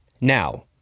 Now